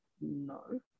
no